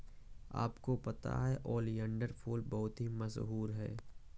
आपको पता है ओलियंडर फूल बहुत ही मशहूर है